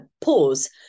pause